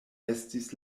estis